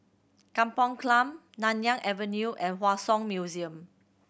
Kampong Glam Nanyang Avenue and Hua Song Museum